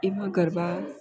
એમાં ગરબા